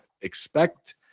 expect